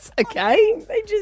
okay